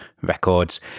Records